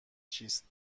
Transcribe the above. چیست